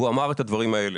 הוא אמר את הדברים האלה: